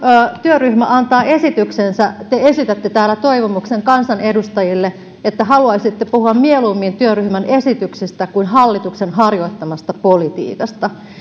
työryhmä antaa esityksensä te esitätte täällä toivomuksen kansanedustajille että haluaisitte puhua mieluummin työryhmän esityksestä kuin hallituksen harjoittamasta politiikasta